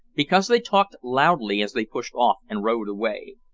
because they talked loudly as they pushed off and rowed away.